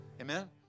Amen